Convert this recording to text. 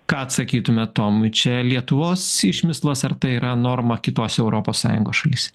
ką atsakytume tomui čia lietuvos išmislas ar tai yra norma kitose europos sąjungos šalyse